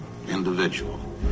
individual